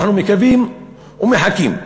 אנחנו מקווים ומחכים.